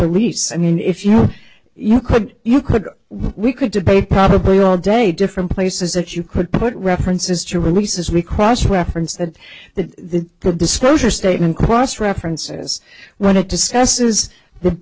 release i mean if you know you could you could we could debate probably all day different places that you could put references to release as we cross reference that that could disclosure statement cross references whe